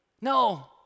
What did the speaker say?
No